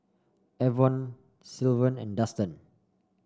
Avon Sylvan and Dustan